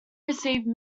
received